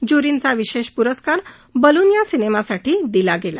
ज्य्रींचा विशेष प्रस्कार बलून या सिनेमासाठी दिला गेला